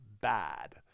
bad